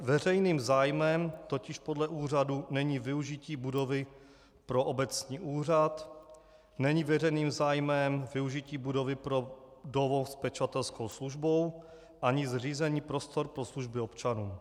Veřejným zájmem totiž podle úřadu není využití budovy pro obecní úřad, není veřejným zájmem využití budovy pro domov s pečovatelskou službou ani zřízení prostor pro služby občanům.